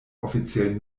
offiziell